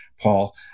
paul